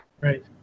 Right